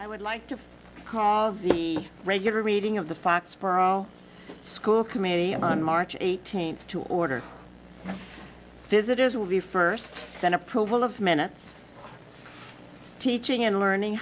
i would like to call the regular reading of the foxboro school committee on march eighteenth to order visitors will be first then approval of minutes teaching and learning